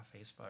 Facebook